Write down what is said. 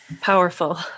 powerful